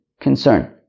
concern